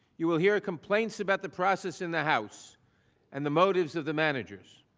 you will hear complaints about the process and the house and the motives of the managers.